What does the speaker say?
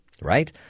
Right